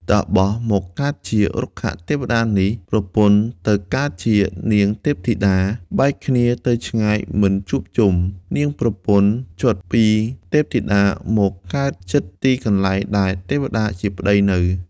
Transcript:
តាបសមកកើតជារុក្ខទេវតានេះ ប្រពន្ធទៅកើតជានាងទេពធីតា បែកគ្នាទៅឆ្ងាយមិនជួបជុំ នាងប្រពន្ធ ច្យុតពីទេពធីតាមកកើតជិតទីកន្លែងដែលទេវតាជាប្ដីនៅ ។